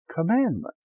commandments